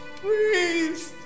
please